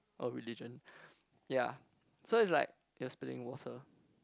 or religion yeah so it's like you're spilling water